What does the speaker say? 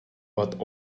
but